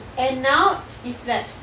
and now it's like